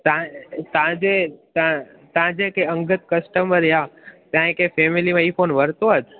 तां तव्हांजे तां तव्हांजे के अंगद कस्टमर या तव्हांजे के फैमिली में इहो फोन वरितो आहे